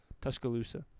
Tuscaloosa